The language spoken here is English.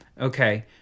Okay